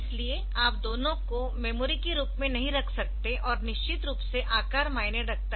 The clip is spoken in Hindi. इसलिए आप दोनों को मेमोरी के रूप में नहीं रख सकते और निश्चित रूप से आकार मायने रखता है